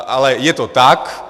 Ale je to tak.